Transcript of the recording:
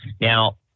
Now